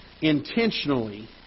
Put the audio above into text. intentionally